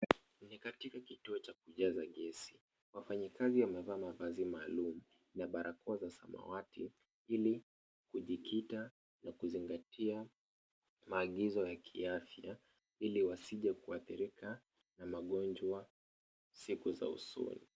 Ni katika kituo cha kujaza gesi, wafanyikazi wamevaa mavazi maalum na barakoa za samawati ili kujikita na kuzingatia maagizo ya kiafya ili wasije kuathirika na magonjwa siku za usoni.